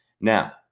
Now